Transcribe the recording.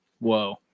Whoa